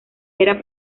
era